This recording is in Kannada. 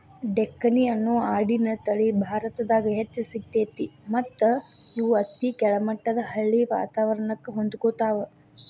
ಡೆಕ್ಕನಿ ಅನ್ನೋ ಆಡಿನ ತಳಿ ಭಾರತದಾಗ್ ಹೆಚ್ಚ್ ಸಿಗ್ತೇತಿ ಮತ್ತ್ ಇವು ಅತಿ ಕೆಳಮಟ್ಟದ ಹಳ್ಳಿ ವಾತವರಣಕ್ಕ ಹೊಂದ್ಕೊತಾವ